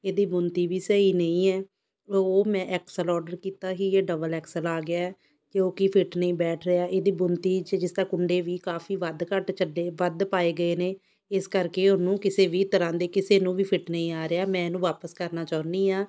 ਇਹ ਦੀ ਬੁਣਤੀ ਵੀ ਸਹੀ ਨਹੀਂ ਹੈ ਉਹ ਮੈਂ ਐਕਸ ਐੱਲ ਔਡਰ ਕੀਤਾ ਸੀ ਇਹ ਡਬਲ ਐਕਸ ਐੱਲ ਆ ਗਿਆ ਹੈ ਜੋ ਕਿ ਫਿੱਟ ਨਹੀਂ ਬੈਠ ਰਿਹਾ ਇਹ ਦੀ ਬੁਣਤੀ ਜਿਸ ਦਾ ਕੁੰਡੇ ਵੀ ਕਾਫ਼ੀ ਵੱਧ ਘੱਟ ਛੱਡੇ ਵੱਧ ਪਾਏ ਗਏ ਨੇ ਇਸ ਕਰਕੇ ਉਹਨੂੰ ਕਿਸੇ ਵੀ ਤਰ੍ਹਾਂ ਦੇ ਕਿਸੇ ਨੂੰ ਵੀ ਫਿੱਟ ਨਹੀਂ ਆ ਰਿਹਾ ਮੈਂ ਇਹ ਨੂੰ ਵਾਪਿਸ ਕਰਨਾ ਚਾਹੁੰਦੀ ਹਾਂ